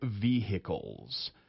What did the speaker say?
vehicles